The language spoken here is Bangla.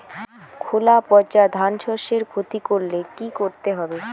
খোলা পচা ধানশস্যের ক্ষতি করলে কি করতে হবে?